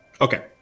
Okay